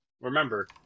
remember